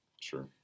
Sure